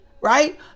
right